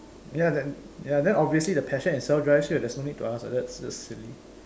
ya then ya then obviously the passion itself drives you there's no need to ask that that's silly